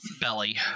belly